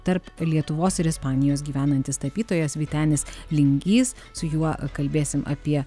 tarp lietuvos ir ispanijos gyvenantis tapytojas vytenis lingys su juo kalbėsim apie